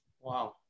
Wow